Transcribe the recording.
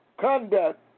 conduct